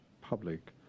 public